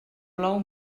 plou